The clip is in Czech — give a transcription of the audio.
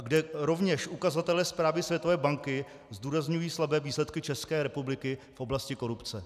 A kde rovněž ukazatele zprávy Světové banky zdůrazňují slabé výsledky České republiky v oblasti korupce.